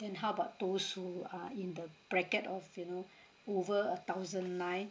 then how about those who are in the bracket of you know over a thousand nine